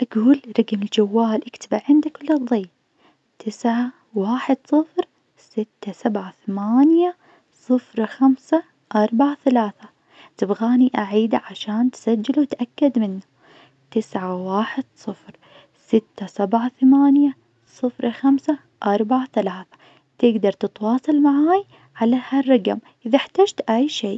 أقول رقم الجوال اكتبه عندك ولا تظيع. تسعة واحد صفر ستة سبعة ثمانية صفر خمسة أربعة ثلاثة. تبغاني أعيده عشان تسجل وتأكد منه. تسعة واحد صفر ستة سبعة ثمانية صفر خمسة أربعة ثلاثة. تقدر تتواصل معاي على ها الرقم إذا احتجت أي شي.